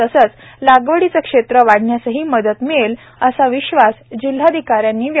तसेच लागवडीचे क्षेत्र वाढण्यासही मदत मिळेल असा विश्वास जिल्हाधिकाऱ्यांनी व्यक्त केला